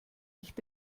nicht